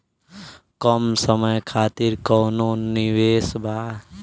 कम समय खातिर कौनो निवेश बा?